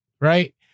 right